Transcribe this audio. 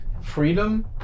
freedom